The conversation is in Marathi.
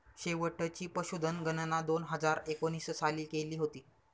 शेवटची पशुधन गणना दोन हजार एकोणीस साली केली होती